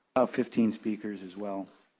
fifteen speakers as well.